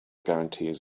guarantees